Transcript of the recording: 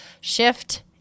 shift